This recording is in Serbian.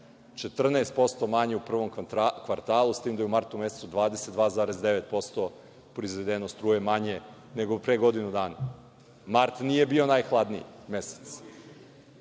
14% manje u prvom kvartalu, s tim da je u martu mesecu 22,9% proizvedeno struje manje nego pre godinu dana. Mart nije bio najhladniji mesec.